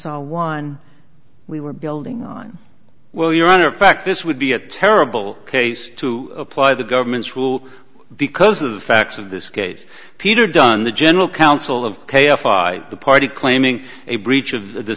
also one we were building on well your honor of fact this would be a terrible case to apply the government's who because of the facts of this case peter dunne the general counsel of k a five the party claiming a breach of the